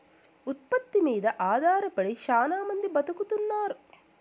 ఉత్పత్తి మీద ఆధారపడి శ్యానా మంది బతుకుతున్నారు